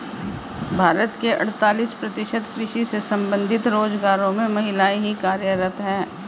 भारत के अड़तालीस प्रतिशत कृषि से संबंधित रोजगारों में महिलाएं ही कार्यरत हैं